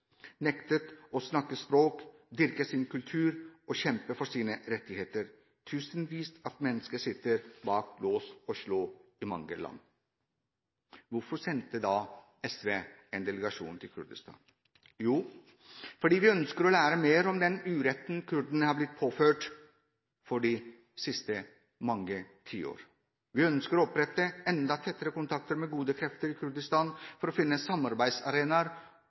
nektet å snakke sitt språk, dyrke sin kultur og kjempe for sine rettigheter. Tusenvis av mennesker sitter bak lås og slå i mange av disse landene. Hvorfor sendte SV en delegasjon til Kurdistan? Jo, fordi vi ønsker å lære mer om den uretten kurderne har blitt påført de siste tiår. Vi ønsker å opprette enda tettere kontakter med gode krefter i Kurdistan for å finne samarbeidsarenaer